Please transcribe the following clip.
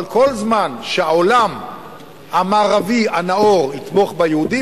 אבל כל זמן שהעולם המערבי הנאור יתמוך ביהודים,